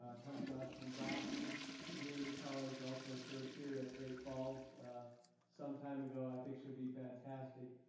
ah comes to us from dawson community college, also served here at great falls some time ago. i think she'll be fantastic.